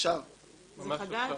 זה חדש?